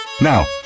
Now